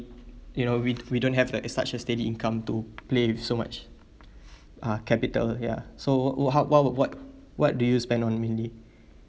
you know we we don't have like a such a steady income to play so much uh capital ya so how wha~ wha~ what what do you spend on mainly